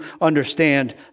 understand